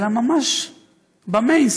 אלא ממש במיינסטרים,